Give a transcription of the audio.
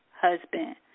husband